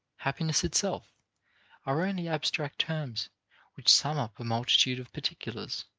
happiness itself are only abstract terms which sum up a multitude of particulars.